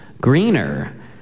greener